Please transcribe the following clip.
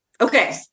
okay